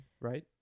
right